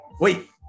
Wait